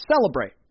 celebrate